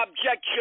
objection